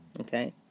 okay